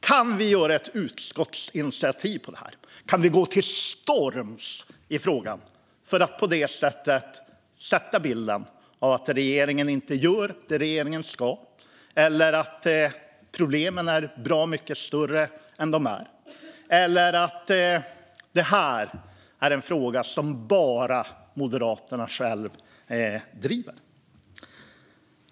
Kan vi föreslå ett utskottsinitiativ? Kan vi gå till storms i frågan för att på det sättet sätta bilden av att regeringen inte gör det regeringen ska, att problemen är bra mycket större än de egentligen är eller att det här är en fråga som bara Moderaterna driver?